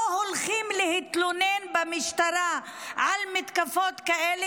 הולכים להתלונן במשטרה על מתקפות כאלה,